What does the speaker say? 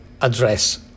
address